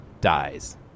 dies